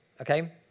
okay